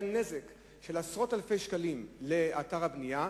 נזק של עשרות אלפי שקלים לאתר הבנייה,